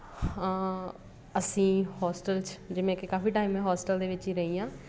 ਹਾਂ ਅਸੀਂ ਹੋਸਟਲ 'ਚ ਜਿਵੇਂ ਕਿ ਕਾਫੀ ਟਾਈਮ ਮੈਂ ਹੋਸਟਲ ਦੇ ਵਿੱਚ ਹੀ ਰਹੀ ਹਾਂ